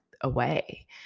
away